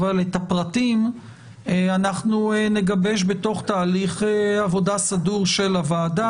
אבל את הפרטים אנחנו נגבש בתהליך עבודה סדור של הוועדה.